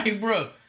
bro